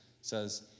says